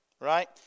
Right